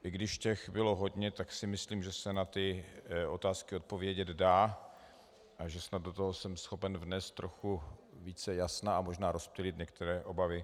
I když těch bylo hodně, tak si myslím, že se na ty otázky odpovědět dá a že snad do toho jsem schopen vést trochu více jasna a možná rozptýlit některé obavy.